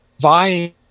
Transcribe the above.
vying